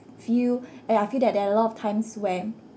feel and I feel that there are a lot of times when